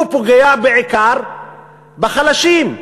הוא פוגע בעיקר בחלשים,